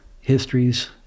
histories